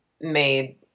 made